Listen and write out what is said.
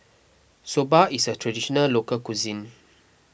Soba is a Traditional Local Cuisine